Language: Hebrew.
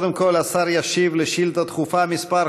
קודם כול, השר ישיב על שאילתה דחופה מס'